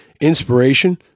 inspiration